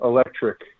Electric